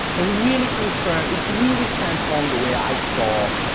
and really confirmed, it really transformed the way i saw